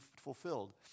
fulfilled